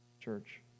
church